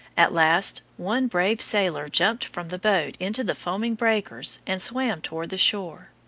at last one brave sailor jumped from the boat into the foaming breakers and swam toward the shore.